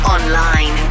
Online